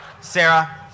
Sarah